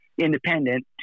independent